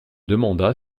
demanda